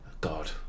God